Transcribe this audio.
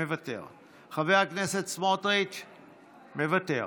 מוותר; חבר הכנסת סמוטריץ' מוותר,